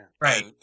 right